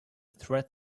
threat